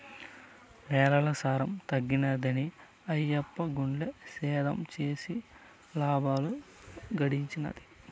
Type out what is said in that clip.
నేలల సారం తగ్గినాదని ఆయప్ప గుల్ల సేద్యం చేసి లాబాలు గడించినాడు